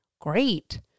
Great